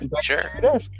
sure